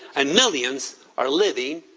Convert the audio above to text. and millions are living,